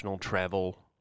travel